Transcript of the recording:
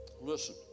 Listen